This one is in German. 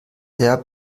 sehr